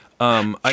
Sure